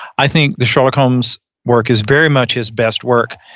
i think the sherlock holmes's work is very much his best work.